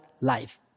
life